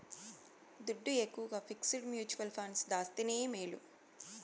దుడ్డు ఎక్కవగా fixed mutual funds దాస్తేనే మేలు